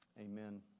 Amen